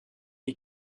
les